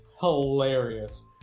hilarious